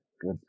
Good